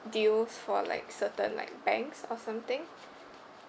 deals for like certain like banks or something